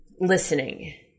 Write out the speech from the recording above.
listening